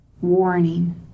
warning